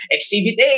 Exhibit